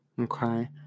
Okay